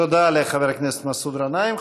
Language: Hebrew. תודה לחבר הכנסת מסעוד גנאים.